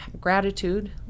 gratitude